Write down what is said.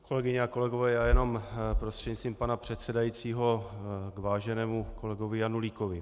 Kolegyně a kolegové, já jenom prostřednictvím pana předsedajícího k váženému kolegovi Janulíkovi.